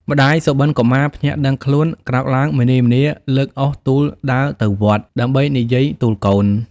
ម្តាយសុបិនកុមារភ្ញាក់ដឹងខ្លួន ក្រោកឡើងម្នីម្នាលើកអុសទូលដើរទៅវត្ត ដើម្បីនិយាយទូលកូន ។